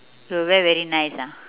so wear very nice ah